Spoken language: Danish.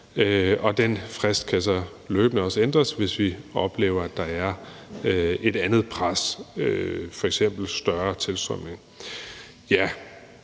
Den frist kan så løbende ændres, hvis vi oplever, at der er et andet pres, f.eks. større tilstrømning.